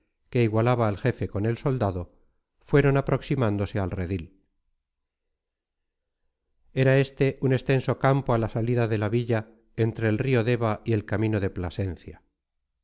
que igualaba al jefe con el soldado fueron aproximándose al redil era este un extenso campo a la salida de la villa entre el río deva y el camino de plasencia